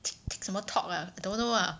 Tik 什么 Tok lah I don't know ah